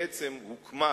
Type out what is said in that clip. שבעצם הוקמה